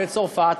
בצרפת,